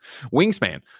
Wingspan